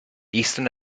eastern